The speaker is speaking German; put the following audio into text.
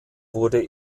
wurde